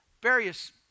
various